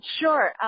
Sure